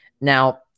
Now